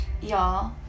y'all